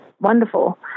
wonderful